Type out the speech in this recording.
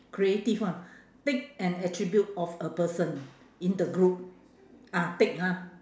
creative one pick an attribute of a person in the group ah take ha